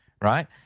right